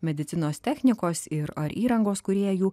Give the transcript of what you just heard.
medicinos technikos ir ar įrangos kūrėjų